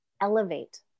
elevate